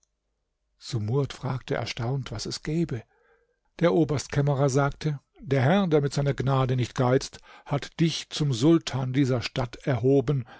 sumurd fragte erstaunt was es gebe der oberstkämmerer sagte der herr der mit seiner gnade nicht geizt hat dich zum sultan dieser stadt erhoben